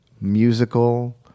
musical